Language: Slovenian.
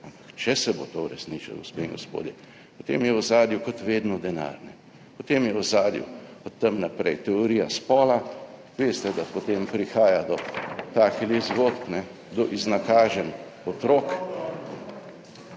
Ampak če se bo to uresničilo, gospe in gospodje, potem je v ozadju, kot vedno, denar, potem je v ozadju od tam naprej teorija spola, veste, da potem prihaja do takih zgodb, do iznakažen otrok,